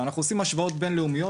כשאנחנו עושים השוואות בין לאומיות,